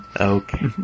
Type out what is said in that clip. Okay